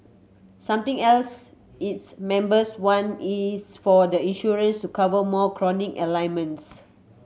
something else its members want is for the insurance to cover more chronic ailments